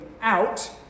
out